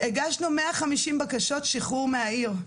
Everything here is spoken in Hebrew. הגשנו 150 בקשות שחרור מהעיר,